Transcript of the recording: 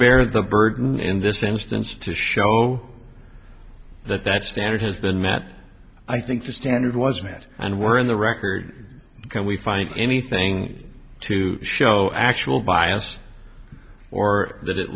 bear the burden in this instance to show that that standard has been met i think the standard was met and were in the record can we find anything to show actual bias or that it